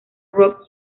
rock